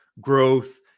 growth